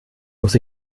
muss